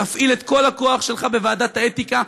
תפעיל את כל הכוח שלך בוועדת האתיקה,